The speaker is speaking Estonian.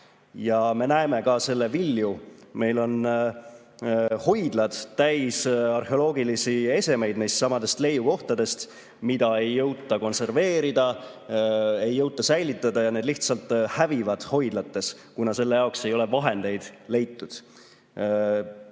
Me näeme ka selle vilju: meil on hoidlad täis arheoloogilisi esemeid neistsamadest leiukohtadest, mida ei jõuta konserveerida. [Neid esemeid] ei [suudeta] säilitada ja need lihtsalt hävivad hoidlates, kuna [säilitamise] jaoks ei ole vahendeid leitud.